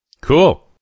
Cool